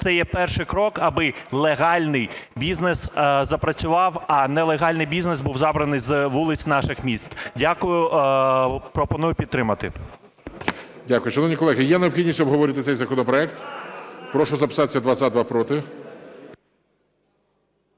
це є перший крок, аби легальний бізнес запрацював, а нелегальний бізнес був забраний з вулиць наших міст. Дякую. Пропоную підтримати. ГОЛОВУЮЧИЙ. Дякую. Шановні колеги, є необхідність обговорити цей законопроект? Прошу записатися: два